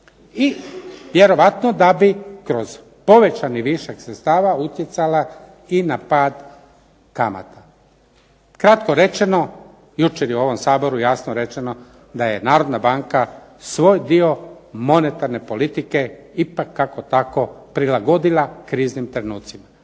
I vjerojatno da bi kroz povećani višak sredstava utjecala i na pad kamata. Kratko rečeno, jučer je u ovom Saboru jasno rečeno da je Narodna banka svoj dio monetarne politike ipak kako tako prilagodila kriznim trenucima.